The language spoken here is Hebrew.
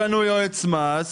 יש לנו יועץ מס.